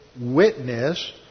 Witness